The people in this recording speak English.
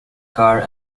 car